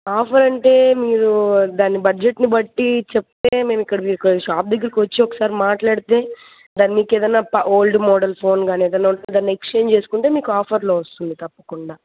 offer అంటే మీరు దాని బడ్జెట్ని బట్టి చెప్తే మేము ఇక్కడ మీకు షాప్ దగ్గరకి వచ్చి ఒకసారి మాట్లాడితే దాన్ని మీకు ఏదైనా ఓల్డ్ మోడల్ ఫోన్ కానీ ఏదైనా ఉన్నా దాన్ని ఎక్స్చేంజ్ చేసుకుంటే మీకు ఆఫర్లో వస్తుంది తప్పకుండా